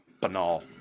banal